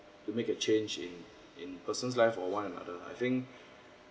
to make a change in in person's life or one another I think